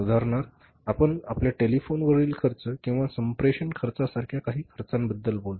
उदाहरणार्थ आपण आपल्या टेलीफोनवरील खर्च किंवा संप्रेषण खर्चासारख्या काही खर्चाबद्दल बोलतो